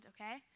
okay